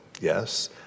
yes